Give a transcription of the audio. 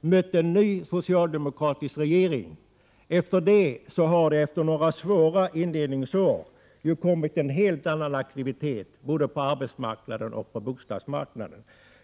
mötte en ny socialdemokratisk regering. Efter några svåra inledningsår har man nu fått en helt annan aktivitet både på arbetsmarknaden och på bostadsmarknaden.